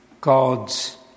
God's